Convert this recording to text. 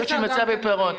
פסח גם לא יהיה.